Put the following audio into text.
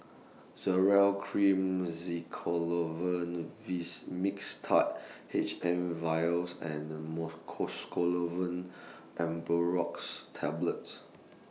Zoral Cream Mixtard H M Vials and Mucosolvan Ambroxol Tablets